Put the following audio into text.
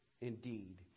indeed